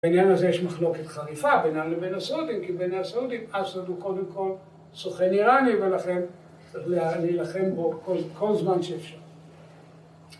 בעניין הזה יש מחלוקת חריפה בינם לבין הסעודים, כי ביני הסעודים אסאד הוא קודם כל סוכן איראני, ולכן נלחם בו כל זמן שאפשר.